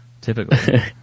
Typically